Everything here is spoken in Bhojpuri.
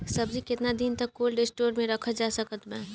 सब्जी केतना दिन तक कोल्ड स्टोर मे रखल जा सकत बा?